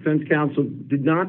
defense counsel did not